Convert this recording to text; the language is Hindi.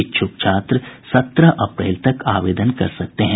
इच्छुक छात्र सत्रह अप्रैल तक आवेदन कर सकते हैं